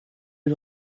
lui